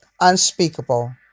unspeakable